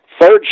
third